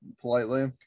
politely